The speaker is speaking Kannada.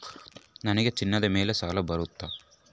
ನನಗೆ ಚಿನ್ನದ ಮೇಲೆ ಸಾಲ ಬರುತ್ತಾ?